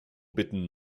bitten